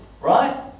Right